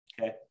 okay